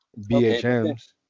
BHMs